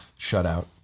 shutout